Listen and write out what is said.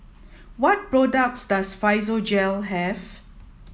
what products does Physiogel have